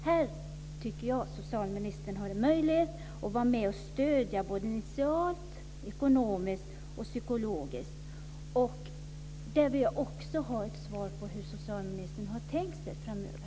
Jag tycker att socialministern har en möjlighet att bidra till att stödja detta initialt, ekonomiskt och psykologiskt. Jag vill ha ett svar på hur socialministern har tänkt sig detta framöver.